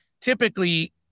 typically